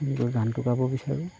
সেইদৰে গানটো গাব বিচাৰোঁ